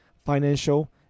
financial